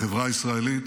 החברה הישראלית